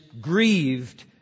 grieved